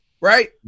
Right